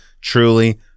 truly